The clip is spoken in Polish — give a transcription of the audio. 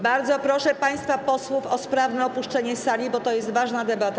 Bardzo proszę państwa posłów o sprawne opuszczanie sali, bo to jest ważna debata.